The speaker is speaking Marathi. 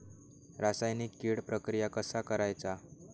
रासायनिक कीड प्रक्रिया कसा करायचा?